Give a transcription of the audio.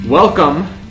Welcome